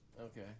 Okay